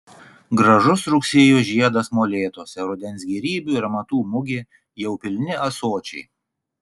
gražus rugsėjo žiedas molėtuose rudens gėrybių ir amatų mugė jau pilni ąsočiai